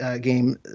game